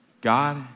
God